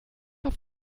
auf